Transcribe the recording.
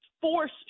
force